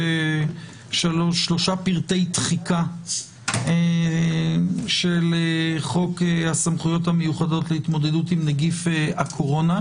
בשלושה פרטי תחיקה של חוק הסמכויות המיוחדות להתמודדות עם נגיף הקורונה.